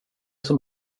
som